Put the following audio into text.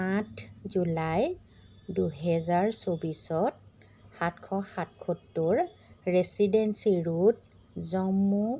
আঠ জুলাই দুহেজাৰ চৌব্বিছত সাতশ সাতসত্তৰ ৰেচিডেঞ্চী ৰোড জম্মু